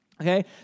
Okay